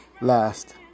last